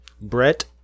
Brett